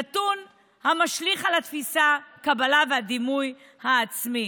נתון המשליך על התפיסה, הקבלה והדימוי העצמי.